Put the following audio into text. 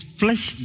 flesh